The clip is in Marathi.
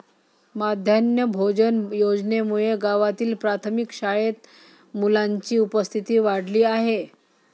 माध्यान्ह भोजन योजनेमुळे गावातील प्राथमिक शाळेत मुलांची उपस्थिती वाढली आहे